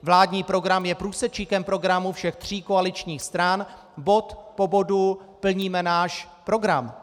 Vládní program je průsečíkem programu všech tří koaličních stran, bod po bodu plníme náš program.